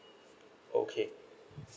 okay